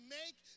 make